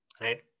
right